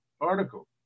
article